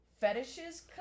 Fetishes